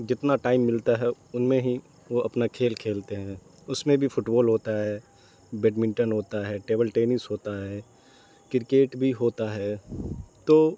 جتنا ٹائم ملتا ہے ان میں ہی وہ اپنا کھیل کھیلتے ہیں اس میں بھی فٹ وال ہوتا ہے بیڈمنٹن ہوتا ہے ٹیبل ٹینس ہوتا ہے کرکیٹ بھی ہوتا ہے تو